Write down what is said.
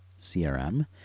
CRM